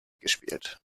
gespielt